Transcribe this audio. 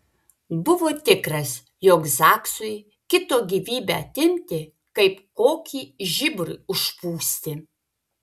buvo tikras jog zaksui kito gyvybę atimti kaip kokį žiburį užpūsti